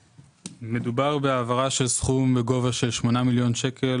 מדובר בהעברה של סכום בגובה של 8,119,000 שקל